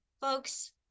folks